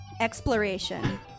exploration